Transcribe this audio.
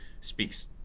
speaks